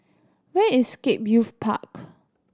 where is Scape Youth Park